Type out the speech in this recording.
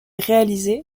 réalisé